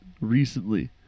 recently